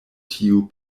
tiu